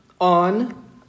On